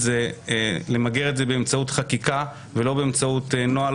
למגר את זה באמצעות חקיקה ולא באמצעות נוהל,